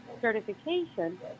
certification